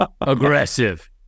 Aggressive